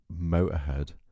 Motorhead